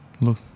Look